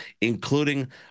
including